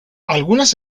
algunas